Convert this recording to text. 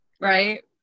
right